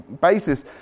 basis